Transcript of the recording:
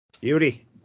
Beauty